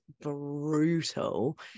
brutal